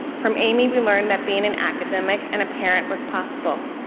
from amy, we learned that being an academic and a parent was possible.